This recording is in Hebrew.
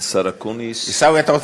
השר אקוניס, עיסאווי, אתה רוצה להיות שר?